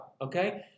okay